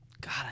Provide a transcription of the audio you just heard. God